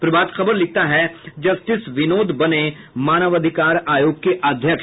प्रभात खबर लिखता है जस्टिस विनोद बने मानवाधिकार आयोग के अध्यक्ष